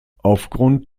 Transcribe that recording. aufgrund